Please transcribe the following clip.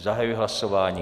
Zahajuji hlasování.